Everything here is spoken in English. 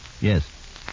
Yes